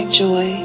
joy